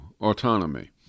Autonomy